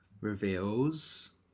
reveals